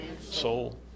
soul